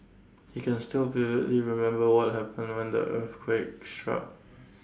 he can still vividly remember what happened when the earthquake struck